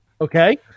Okay